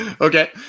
Okay